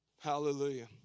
Hallelujah